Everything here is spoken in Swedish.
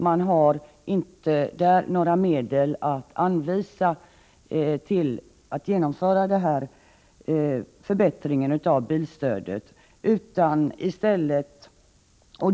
Man har inga medel att anvisa till förbättring av bilstödet.